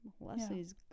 leslie's